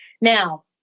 Now